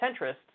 centrists